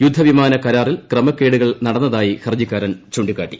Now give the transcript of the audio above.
യുദ്ധ വിമാന കരാറിൽ ക്രമക്കേടുകൾ നടന്നതായി ഹർജിക്കാരൻ ചൂ ിക്കാട്ടി